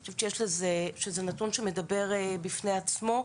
אני חושבת שזה נתון שמדבר בעד עצמו.